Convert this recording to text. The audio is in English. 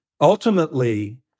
ultimately